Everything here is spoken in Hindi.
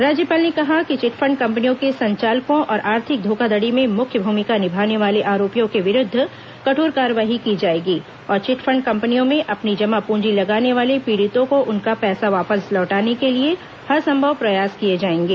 राज्यपाल ने कहा कि चिटफंड कंपनियों के संचालकों और आर्थिक धोखाधड़ी में मुख्य भूमिका निभाने वाले आरोपियों के विरूद्व कठोर कार्रवाई की जाएगी और चिटफंड कंपनियों में अपनी जमा पूंजी लगाने वाले पीड़ितों को उनका पैसा वापस लौटाने के लिए हरसंभव प्रयास किए जाएंगे